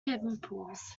pimples